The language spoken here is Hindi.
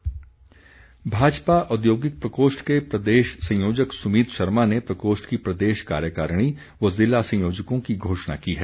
औद्योगिक प्रकोष्ठ भाजपा औद्योगिक प्रकोष्ठ के प्रदेश संयोजक सुमीत शर्मा ने प्रकोष्ठ की प्रदेश कार्यकारिणी व ज़िला संयोजकों की घोषणा की है